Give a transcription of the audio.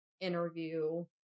interview